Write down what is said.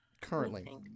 currently